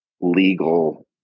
legal